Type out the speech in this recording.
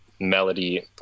melody